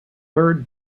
third